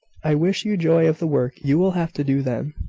i wish you joy of the work you will have to do then